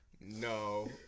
No